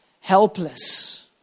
Helpless